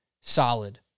solid